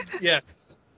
Yes